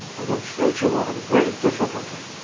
the future will have great difficulty.